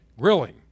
grilling